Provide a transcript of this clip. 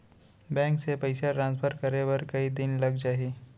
Bank से पइसा transfer करे बर कई दिन लग जाही?